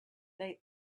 they